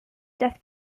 death